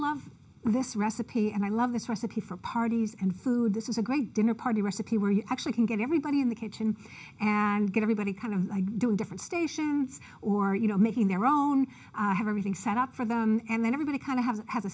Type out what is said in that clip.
love this recipe and i love this recipe for parties and food this is a great dinner party recipe where you actually can get everybody in the kitchen and get everybody kind of doing different stations or you know making their own have everything set up for them and then everybody kind of has have a